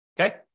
okay